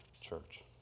church